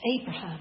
Abraham